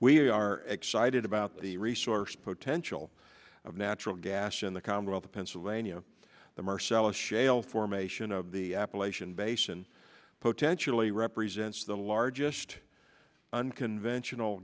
we are excited about the resource potential of natural gas in the commonwealth of pennsylvania the marcellus shale formation of the appalachian basin potentially represents the largest unconventional